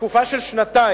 לתקופה של שנתיים